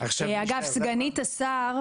סגנית השר,